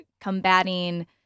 combating